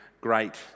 great